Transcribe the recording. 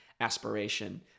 aspiration